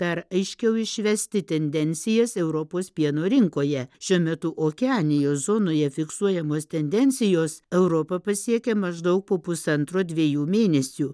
dar aiškiau išvesti tendencijas europos pieno rinkoje šiuo metu okeanijos zonoje fiksuojamos tendencijos europą pasiekia maždaug po pusantro dviejų mėnesių